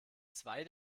zwei